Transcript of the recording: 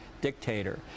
dictator